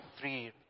three